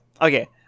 Okay